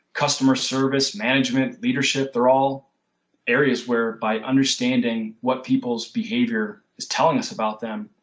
customer service, management, leadership, are all areas where by understanding what people's behavior is telling us about them.